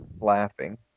Laughing